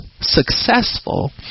successful